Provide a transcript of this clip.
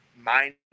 mind